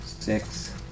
Six